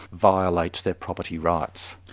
violates their property rights.